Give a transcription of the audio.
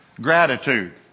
gratitude